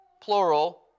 plural